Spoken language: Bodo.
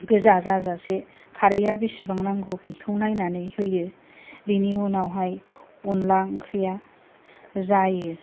गोजा जाजासे खारैआ बेसेबां नांगौ बेखौ नायनानै होयो बेनि उनावहाय अनला ओंख्रिआ जायो